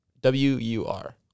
W-U-R